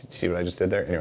see what i just did there?